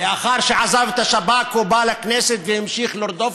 לאחר שעזב את השב"כ הוא בא לכנסת והמשיך לרדוף